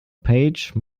page